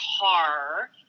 car